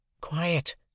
Quiet